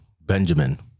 Benjamin